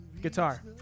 Guitar